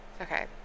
Okay